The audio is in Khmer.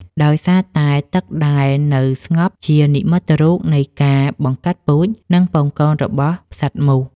ដោយសារតែទឹកដែលនៅស្ងប់ជានិមិត្តរូបនៃការ បង្កាត់ពូជ និងពងកូន របស់សត្វមូស។